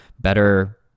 better